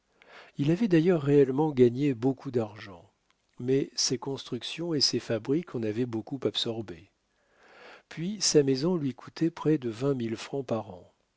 il avait d'ailleurs réellement gagné beaucoup d'argent mais ses constructions et ses fabriques en avaient beaucoup absorbé puis sa maison lui coûtait près de vingt mille francs par an